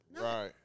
Right